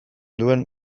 duen